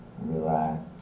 relax